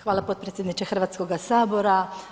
Hvala potpredsjedniče Hrvatskoga sabora.